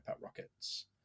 Rockets